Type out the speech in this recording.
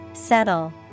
Settle